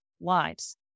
lives